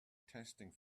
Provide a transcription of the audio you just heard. testing